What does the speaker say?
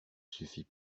suffit